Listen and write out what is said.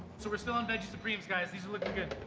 so we're still on veggie zupremes, guys. these are looking good.